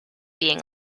being